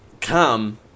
come